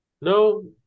no